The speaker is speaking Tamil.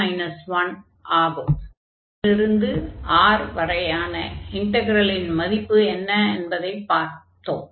a இல் இருந்து R வரையான இன்டக்ரலின் மதிப்பு என்ன என்பதைப் பார்த்தோம்